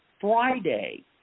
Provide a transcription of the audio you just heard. Friday